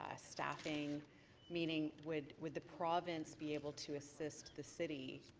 ah staffing meaning, would would the province be able to assist the city